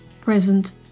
present